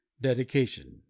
dedication